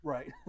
Right